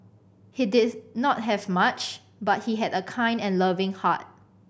he did not have much but he had a kind and loving heart